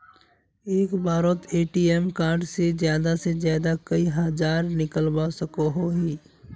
एक बारोत ATM card से ज्यादा से ज्यादा कई हजार निकलवा सकोहो ही?